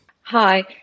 Hi